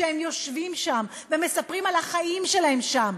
כשהם יושבים שם ומספרים על החיים שלהם שם,